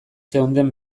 zeunden